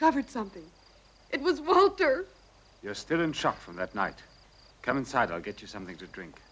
covered something it was walter you're still in shock from that night come inside i'll get you something to drink